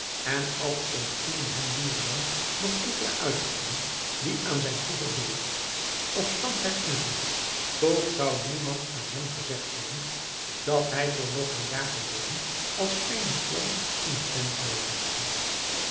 en al ontvielen hem nu en dan nog enkele uitdrukkingen die aan zijn vroeger beroep of stand herinnerden toch zou niemand aan hem gezegd hebben dat hij voor nog geen jaar geleden als kermisklant in een tent meereisde